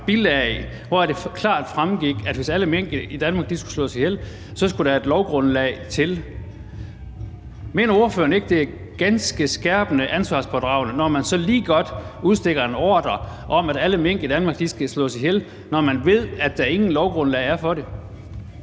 hvor det klart fremgik, at hvis alle mink i Danmark skulle slås ihjel, skulle der et lovgrundlag til. Mener ordføreren ikke, at det er ganske skærpende ansvarspådragende, når man så lige godt udstikker en ordre om, at alle mink i Danmark skal slås ihjel, når man ved, at der intet lovgrundlag er for det?